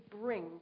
bring